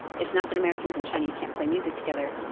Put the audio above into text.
it's not that americans and chinese can't play music together